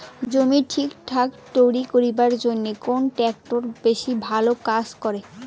জমি ঠিকঠাক তৈরি করিবার জইন্যে কুন ট্রাক্টর বেশি ভালো কাজ করে?